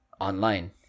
online